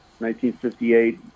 1958